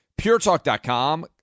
puretalk.com